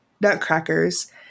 nutcrackers